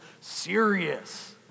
serious